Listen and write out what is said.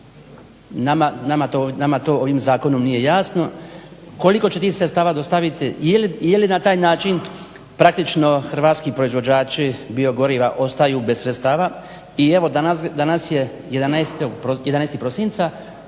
Nama to ovim zakonom nije jasno. Koliko će tih sredstava dostaviti? Je li na taj način praktično hrvatski proizvođači biogoriva ostaju bez sredstava.